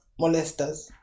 molesters